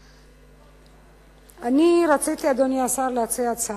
אדוני השר, אני רציתי להציע הצעה.